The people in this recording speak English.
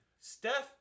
Steph